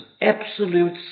absolute